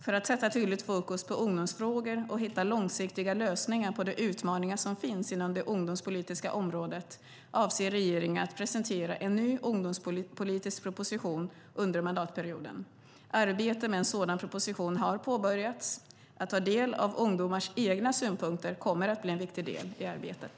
För att sätta tydligt fokus på ungdomsfrågor och hitta långsiktiga lösningar på de utmaningar som finns inom det ungdomspolitiska området avser regeringen att presentera en ny ungdomspolitisk proposition under mandatperioden. Arbetet med en sådan proposition har påbörjats. Att ta del av ungdomars egna synpunkter kommer att bli en viktig del i arbetet.